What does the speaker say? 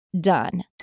done